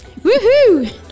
Woohoo